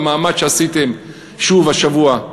במאמץ שעשיתם שוב השבוע.